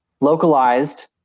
localized